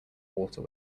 water